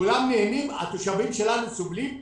כולם נהנים והתושבים שלנו סובלים.